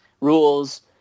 rules